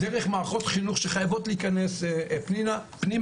דרך מערכות חינוך שחייבות להיכנס פנימה,